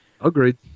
Agreed